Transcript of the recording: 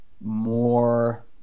more